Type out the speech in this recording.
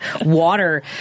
water